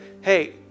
hey